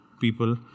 people